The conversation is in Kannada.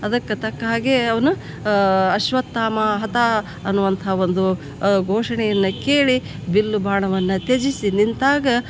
ಅದಕ್ಕೆ ತಕ್ಕ ಹಾಗೆ ಅವನು ಅಶ್ವತ್ಥಾಮ ಹತಃ ಅನ್ನುವಂಥ ಒಂದು ಘೋಷಣೆಯನ್ನ ಕೇಳಿ ಬಿಲ್ಲು ಬಾಣವನ್ನು ತ್ಯಜಿಸಿ ನಿಂತಾಗ